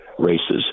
races